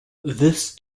this